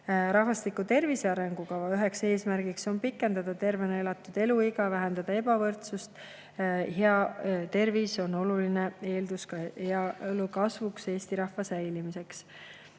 Rahvastiku tervise arengukava üheks eesmärgiks on pikendada tervena elatud eluiga, vähendada ebavõrdsust. Hea tervis on oluline eeldus ka heaolu kasvuks, Eesti rahva säilimiseks.